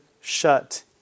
shut